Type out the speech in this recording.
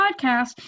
podcast